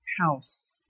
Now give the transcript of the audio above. house